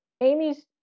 Amy's